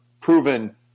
proven